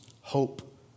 hope